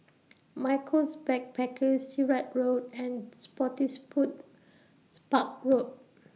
Michaels Backpackers Sirat Road and Spottiswoodes Park Road